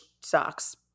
sucks